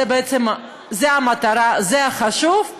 זאת בעצם המטרה, זה מה שחשוב.